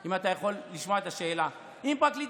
אם אתה יכול לשמוע את השאלה: אם פרקליט